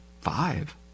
five